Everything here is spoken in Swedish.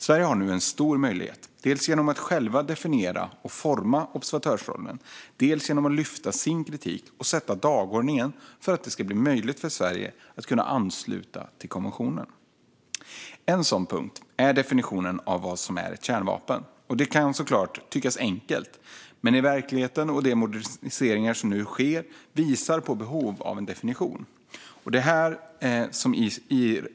Sverige har nu en stor möjlighet - dels genom att själv definiera och forma observatörsrollen, dels genom att lyfta sin kritik och sätta dagordningen för att det ska bli möjligt för Sverige att ansluta till konventionen. En sådan punkt är definitionen av vad som är kärnvapen. Det kan så klart tyckas enkelt, men verkligheten och de moderniseringar som nu sker visar på ett behov av en definition.